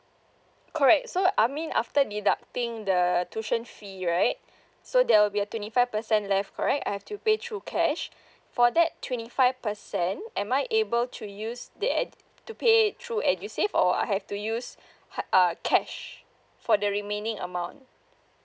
correct so I mean after deducting the tuition fee right so there'll be a twenty five percent left right I have to pay through cash for that twenty five percent am I able to use the ed~ to pay through edusave or I have to use uh cash for the remaining amount